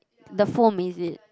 the foam is it